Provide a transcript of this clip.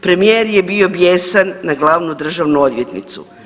Premijer je bio bijesan na glavnu državnu odvjetnicu.